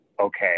okay